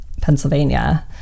pennsylvania